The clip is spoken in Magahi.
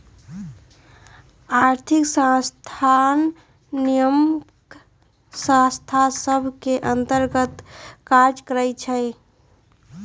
आर्थिक संस्थान नियामक संस्था सभ के अंतर्गत काज करइ छै